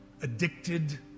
addicted